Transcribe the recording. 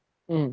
mm